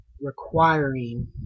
requiring